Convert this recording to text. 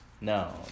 No